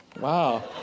Wow